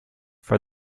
for